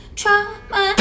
trauma